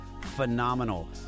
phenomenal